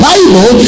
Bible